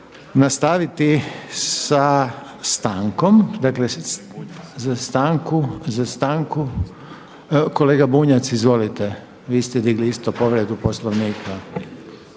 nastaviti sa stankom. Kolega Bunjac izvolite, vi ste imali isto povredu Poslovnika.